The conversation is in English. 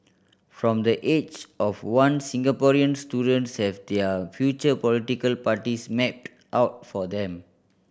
from the age of one Singaporean students have their future political parties mapped out for them